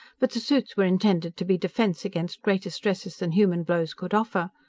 but the suits were intended to be defense against greater stresses than human blows could offer.